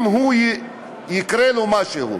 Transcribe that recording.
אם יקרה לו משהו,